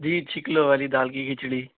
جی چھلکے والے دال کی کھچڑی